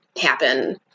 happen